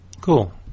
Cool